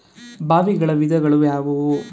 ಬಾವಿಗಳ ವಿಧಗಳು ಯಾವುವು?